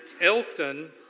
Elkton